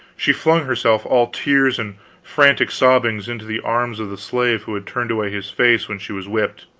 she flung herself, all tears and frantic sobbings, into the arms of the slave who had turned away his face when she was whipped.